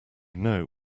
know